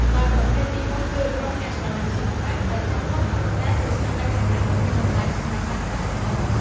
ដោយប្រភេទទីមួយគឺ ក្រុមអ្នកស្រឡាញ់សិល្បៈ ដែលចាត់ទុកតុក្កតាជាស្នាដៃចម្លាក់ដ៏មានតម្លៃសម្រាប់ដាក់តាំងលម្អ។